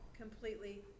completely